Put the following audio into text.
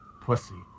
pussy